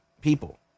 people